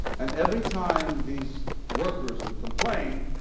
and every time these workers would complain,